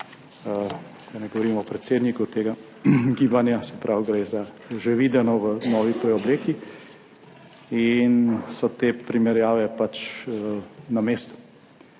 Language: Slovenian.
da ne govorim o predsedniku tega gibanja. Se pravi, gre za že videno v novi preobleki in so te primerjave pač na mestu.